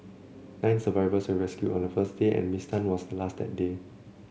nine survivors were rescued on the first day and Miss Tan was the last that day